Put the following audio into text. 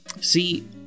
See